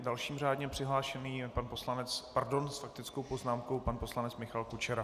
Dalším řádně přihlášeným je pan poslanec pardon, s faktickou poznámkou pan poslanec Michal Kučera.